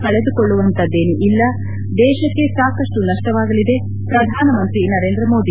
ಕಳೆದುಕೊಳ್ಳುವಂತಹುದೇನೂ ಇಲ್ಲ ದೇಶಕ್ಕೆ ಸಾಕಷ್ಟು ನಷ್ಟವಾಗಲಿದೆ ಪ್ರಧಾನಮಂತ್ರಿ ನರೇಂದ್ರ ಮೋದಿ